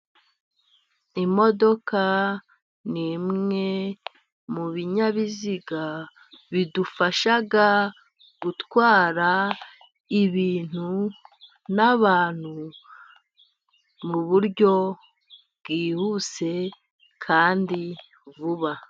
Imodoka ni imwe mu binyabiziga bidufasha gutwara ibintu n'abantu mu buryo bwihuse, kandi vuba.